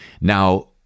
Now